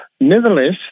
Nevertheless